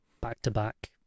back-to-back